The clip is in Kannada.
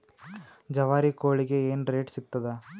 ಜವಾರಿ ಕೋಳಿಗಿ ಏನ್ ರೇಟ್ ಸಿಗ್ತದ?